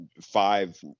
five